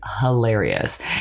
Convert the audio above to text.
hilarious